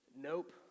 nope